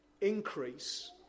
increase